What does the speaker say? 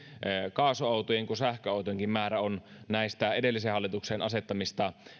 kaasuautojen kuin sähköautojenkin määrä on näihin edellisen hallituksen asettamiin